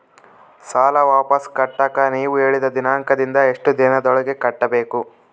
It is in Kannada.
ಸಾಲ ವಾಪಸ್ ಕಟ್ಟಕ ನೇವು ಹೇಳಿದ ದಿನಾಂಕದಿಂದ ಎಷ್ಟು ದಿನದೊಳಗ ಕಟ್ಟಬೇಕು?